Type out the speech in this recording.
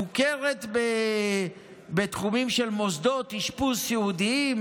מוכרת בתחומים של מוסדות אשפוז סיעודיים